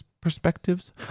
perspectives